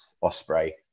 Osprey